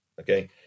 okay